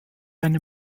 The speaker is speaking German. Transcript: eine